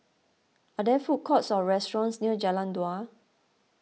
are there food courts or restaurants near Jalan Dua